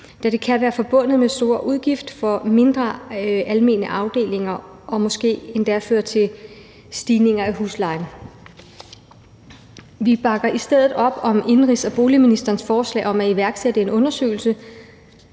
da det kan være forbundet med store udgifter for mindre almene afdelinger og måske endda føre til stigninger i huslejen. Vi bakker i stedet op om indenrigs- og boligministerens forslag om at iværksætte en undersøgelse,